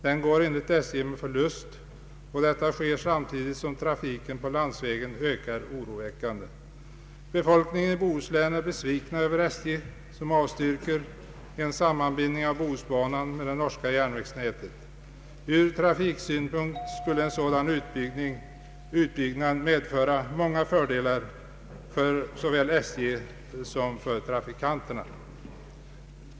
Den går enligt SJ med förlust — samtidigt som trafiken på landsvägen ökar oroväckande. Bohuslänningarna är besvikna över SJ, som avstyrker en sammanbindning av Bohusbanan med det norska järnvägsnätet. Ur trafiksynpunkt skulle en sådan utbyggnad medföra många fördelar för såväl SJ som trafikanterna.